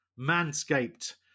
Manscaped